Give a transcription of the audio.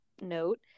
note